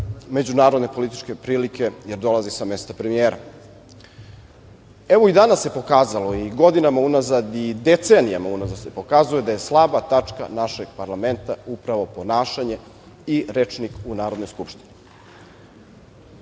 međunarodne političke prilike jer dolazi sa mesta premijera. Evo, i danas se pokazalo i godinama unazad i decenijama unazad se pokazuje da je slaba tačka našeg parlamenta upravo ponašanje i rečnik u Narodnoj skupštini.